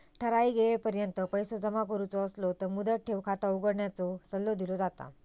ठराइक येळेपर्यंत पैसो जमा करुचो असलो तर मुदत ठेव खाता उघडण्याचो सल्लो दिलो जाता